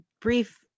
brief